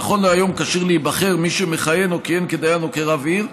נכון להיום כשיר להיבחר מי שמכהן או כיהן כדיין או כרב עיר,